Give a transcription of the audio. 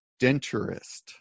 denturist